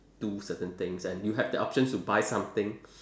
do certain things and you have the options to buy something